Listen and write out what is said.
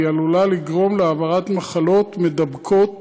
כי היא עלולה לגרום להעברת מחלות מידבקות